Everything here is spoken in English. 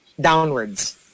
Downwards